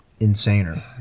insaner